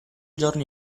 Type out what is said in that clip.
giorno